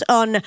on